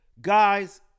guys